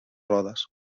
rodes